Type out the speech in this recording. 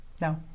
No